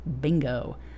Bingo